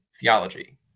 theology